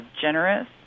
generous